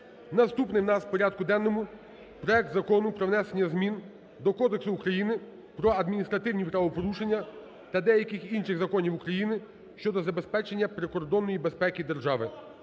Наступний в нас в порядку денному проект Закону про внесення змін до Кодексу України про адміністративні правопорушення та деяких інших законів України щодо забезпечення прикордонної безпеки держави